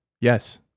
Yes